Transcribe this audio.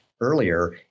earlier